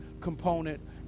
component